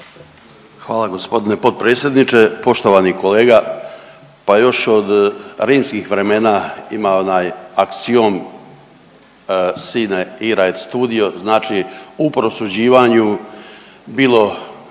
Hvala gospodine potpredsjedniče, poštovani kolega. Pa još od rimskih vremena ima onaj aksiom „sine ira et studio“, znači u prosuđivanju bilo